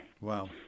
Wow